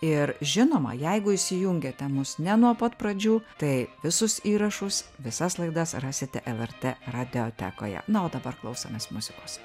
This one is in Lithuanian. ir žinoma jeigu įsijungėte mus ne nuo pat pradžių tai visus įrašus visas laidas rasite lrt radiotekoje na o dabar klausomės muzikos